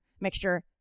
mixture